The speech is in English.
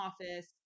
office